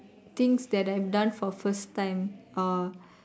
things that I've done for first time or